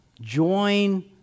join